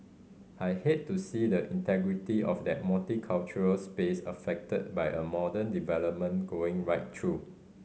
I hate to see the integrity of that multicultural space affected by a modern development going right through